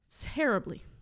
terribly